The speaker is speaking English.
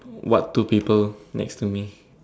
what two people next to me